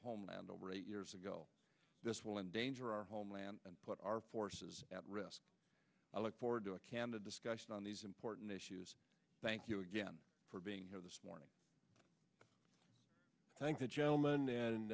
homeland over eight years ago this will endanger our homeland and put our forces at risk i look forward to a candid discussion on these important issues thank you again for being here this morning thank the gentleman and